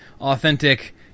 Authentic